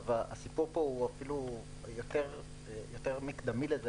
הסיפור פה אפילו יותר מקדמי לזה,